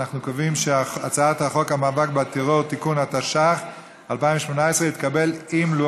חוק המאבק בטרור (תיקון), התשע"ח 2018, נתקבל.